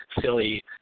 silly